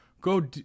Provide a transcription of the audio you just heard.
go